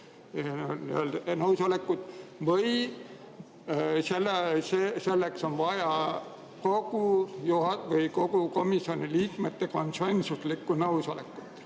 või selleks on vaja kõikide komisjoni liikmete konsensuslikku nõusolekut?